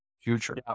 future